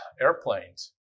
airplanes